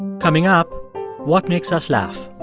coming up what makes us laugh